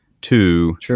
two